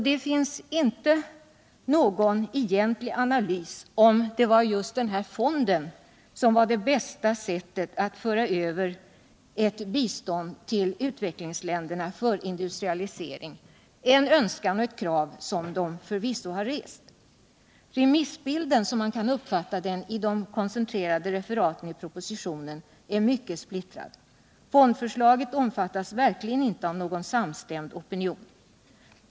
Det finns inte någon egentlig analys om det var just den här fonden som var det bästa sättet att föra över ett bistånd till utvecklingsländerna för industrialisering — en önskan och ett krav som de förvisso har rest. Remissbilden —- som man kan uppfatta den i de koncentrerade referaten i propositionen — är mycket splittrad. Fondförslaget omfattas verkligen inte av någon samstämd opinion.